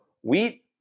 wheat